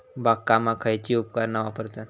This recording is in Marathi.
बागकामाक खयची उपकरणा वापरतत?